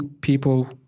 People